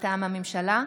מטעם הממשלה,